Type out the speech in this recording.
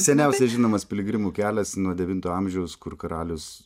seniausias žinomas piligrimų kelias nuo devinto amžiaus kur karalius